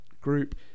group